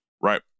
right